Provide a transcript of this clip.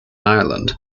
ireland